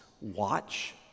watch